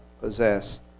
possess